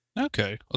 okay